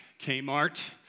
Kmart